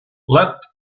let